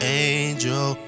angel